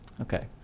Okay